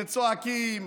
וצועקים,